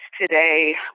today